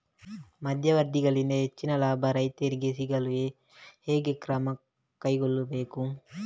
ಮಧ್ಯವರ್ತಿಗಳಿಂದ ಹೆಚ್ಚಿನ ಲಾಭ ರೈತರಿಗೆ ಸಿಗಲು ಹೇಗೆ ಕ್ರಮ ಕೈಗೊಳ್ಳಬೇಕು?